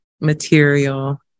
material